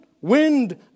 wind